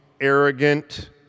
arrogant